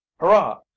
Hurrah